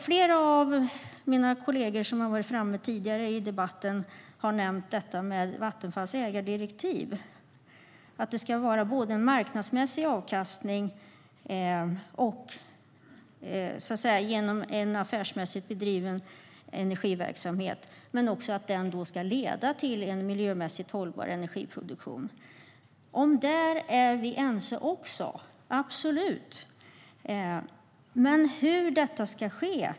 Flera av mina kollegor som tidigare varit uppe i debatten har nämnt Vattenfalls ägardirektiv, som innehåller både marknadsmässig avkastning och en affärsmässigt bedriven energiverksamhet. Den ska också leda till en miljömässigt hållbar energiproduktion. Därom är vi också ense - absolut - men kanske inte om hur detta ska ske.